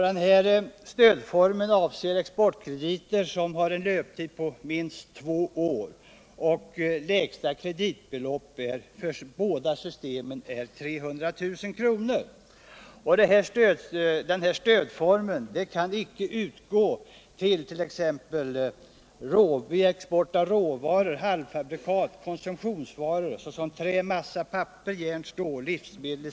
Den här stödformen avser exportkrediter med en löptid på minst två år. Det lägsta kreditbeloppet vid båda systemen är 300 000 kr. Stödet kan inte utgå vid exempelvis export av råvaror, halvfabrikat och konsumtionsvaror, såsom trä, massa, papper, järn, stål och livsmedel.